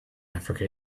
africa